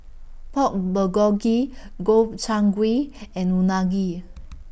Pork Bulgogi Gobchang Gui and Unagi